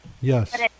Yes